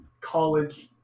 college